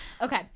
okay